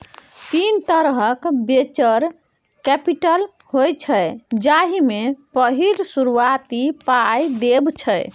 तीन तरहक venture capital होइ छै जाहि मे पहिल शुरुआती पाइ देब छै